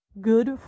good